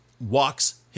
walks